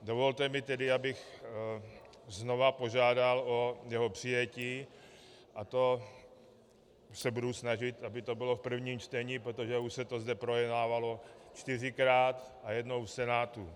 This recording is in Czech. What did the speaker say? Dovolte mi tedy, abych znovu požádal o jeho přijetí, a to se budu snažit, aby to bylo v prvním čtení, protože už se to zde projednávalo čtyřikrát a jednou v Senátu.